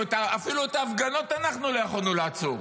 אפילו את ההפגנות אנחנו לא יכולנו לעצור.